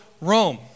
Rome